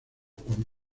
con